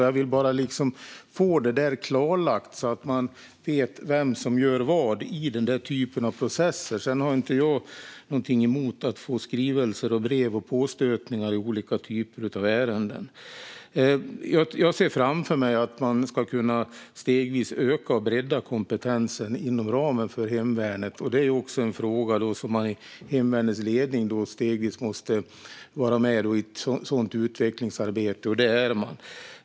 Jag vill bara få detta klarlagt så att man vet vem som gör vad i den typen av processer. Sedan har jag inte någonting emot att få skrivelser, brev och påstötningar i olika typer av ärenden. Jag ser framför mig att man ska kunna öka och bredda kompetensen stegvis inom hemvärnet. Också hemvärnets ledning måste vara med i ett sådant stegvis utvecklingsarbete, och det är man.